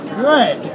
good